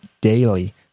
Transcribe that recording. daily